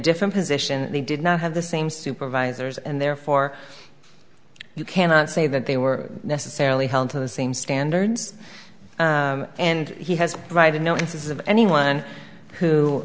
different position and they did not have the same supervisors and therefore you cannot say that they were necessarily held to the same standards and he has righted notices of anyone who